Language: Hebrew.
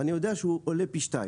ואני יודע שהוא עולה פי שניים.